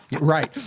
Right